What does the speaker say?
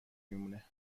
میمونه